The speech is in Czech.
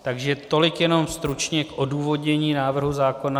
Takže tolik jenom stručně k odůvodnění návrhu zákona.